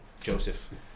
Joseph